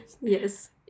yes